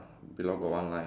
below got one line